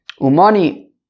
Umani